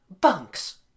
Bunks